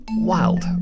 wild